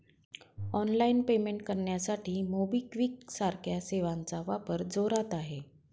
online payment करण्यासाठी MobiKwik सारख्या सेवांचा वापर जोरात आहे